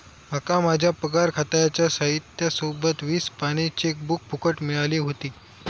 माका माझ्या पगार खात्याच्या साहित्या सोबत वीस पानी चेकबुक फुकट मिळाली व्हती